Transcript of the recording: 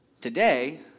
Today